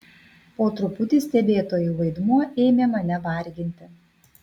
po truputį stebėtojo vaidmuo ėmė mane varginti